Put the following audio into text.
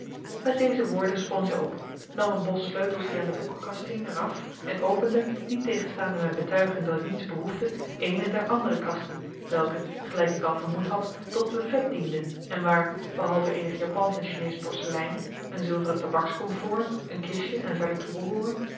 met deze woorden sprong zij op nam een bos sleutels die aan de boekenkast hing er af en opende niettegenstaande mijn betuiging dat ik niets behoefde eene der andere kasten welke gelijk ik al vermoed had tot buffet diende en waar behalve eenig japansch en chineesch porselein een zilveren tabakskomfoor een kistje en verder toebehooren